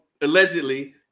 allegedly